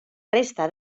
resta